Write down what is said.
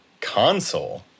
Console